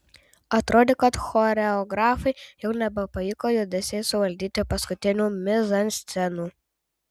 atrodė kad choreografui jau nebepavyko judesiais suvaldyti paskutinių mizanscenų